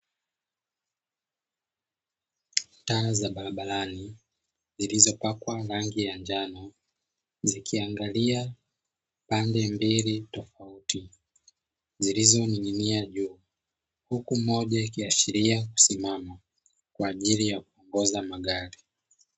Taa za barabarani zilizopakwa rangi ya njano zikiangalia pande mbili tofauti, zilizoning'inia juu, huku moja ikiashiria kusimama kwa ajili ya kupooza magari.